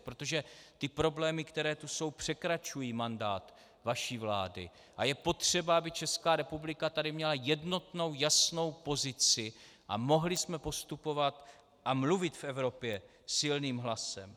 Protože ty problémy, které tu jsou, překračují mandát vaší vlády a je potřeba, aby Česká republika tady měla jednotnou, jasnou pozici a mohli jsme postupovat a mluvit v Evropě silným hlasem.